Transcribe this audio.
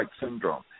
syndrome